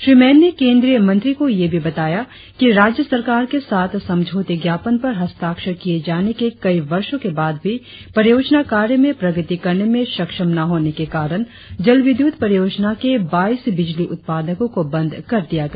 श्री मैन ने केंद्रीय मंत्री को यह भी बताया कि राज्य सरकार के साथ समझौते ज्ञापन पर हस्ताक्षर किए जाने के कई वर्षों के बाद भी परियोजना कार्य में प्रगति करने में सक्षम न होने के कारण जलविद्युत परियोजना के बाईस बिजली उत्पादको को बंद कर दिया गया